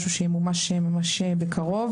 משהו שימומש בקרוב.